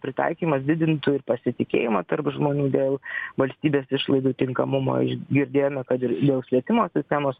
pritaikymas didintų ir pasitikėjimą tarp žmonių dėl valstybės išlaidų tinkamumo iš girdėjome kad ir dėl švietimo sistemos